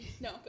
No